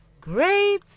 Great